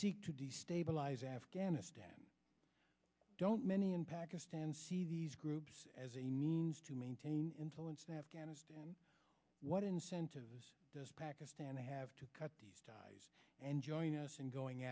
seek to destabilize afghanistan don't many in pakistan see these groups as a means to maintain until instead afghanistan what incentive does pakistan have to cut these ties and join us in going